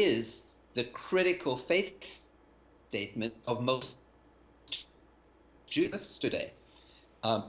is the critical faith statement of most jews today